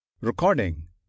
Recording